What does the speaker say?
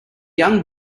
young